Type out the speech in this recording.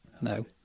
No